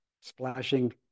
splashing